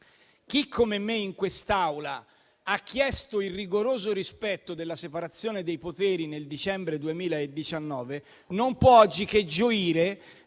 chi, come me, in quest'Aula ha chiesto il rigoroso rispetto della separazione dei poteri nel dicembre 2019, oggi non può far altro che gioire